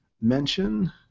mention